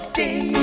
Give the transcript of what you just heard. day